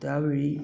त्यावेळी